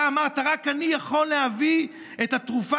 אתה אמרת: רק אני יכול להביא את התרופה